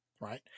right